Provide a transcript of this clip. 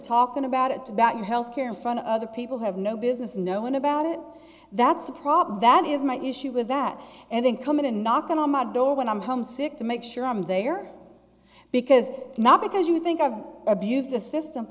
talking about it about health care in front of other people have no business knowing about it that's a problem that is my issue with that and then come in and knock on my door when i'm home sick to make sure i'm there because not because you think i've abused the system